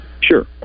sure